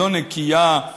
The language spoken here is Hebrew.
לא נקייה,